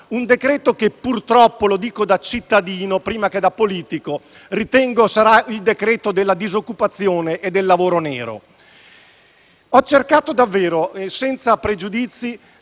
un decreto-legge che, purtroppo - lo dico da cittadino prima che da politico - ritengo sarà il decreto della disoccupazione e del lavoro nero. Ho cercato davvero, senza pregiudizi,